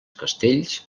castells